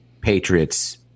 Patriots